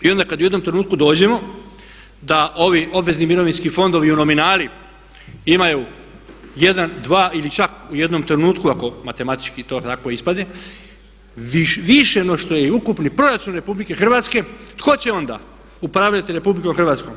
I onda kada u jednom trenutku dođemo da ovi obvezni mirovinski fondovi u nominali imaju 1, 2 ili čak u jednom trenutku ako matematički to tako ispadne više no što je i ukupni proračun RH tko će onda upravljati RH?